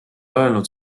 öelnud